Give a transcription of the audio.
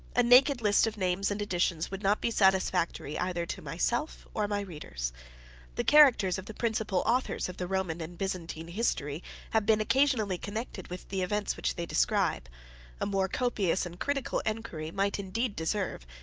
a naked list of names and editions would not be satisfactory either to myself or my readers the characters of the principal authors of the roman and byzantine history have been occasionally connected with the events which they describe a more copious and critical inquiry might indeed deserve,